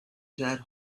dead